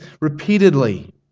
repeatedly